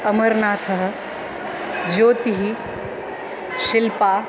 अमरनाथः ज्योतिः शिल्पा